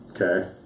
okay